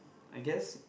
I guess